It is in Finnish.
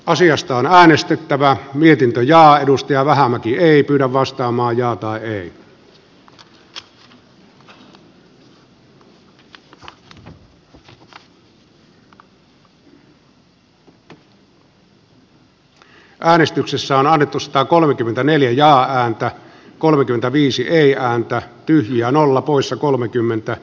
asiasta on äänestettävä mietintö ja edusti alamäki ei kyllä ville vähämäki on ahdettu satakolmekymmentäneljä ja häntä kolmekymmentäviisi ei ahon tyylin ja nolla poissa kolmekymmentä